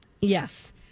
Yes